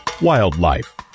Wildlife